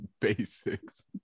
basics